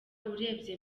urebye